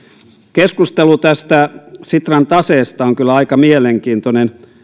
keskustelu tästä sitran taseesta on kyllä aika mielenkiintoinen